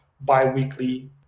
bi-weekly